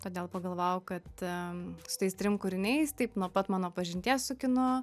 todėl pagalvojau kad su tais trim kūriniais taip nuo pat mano pažinties su kinu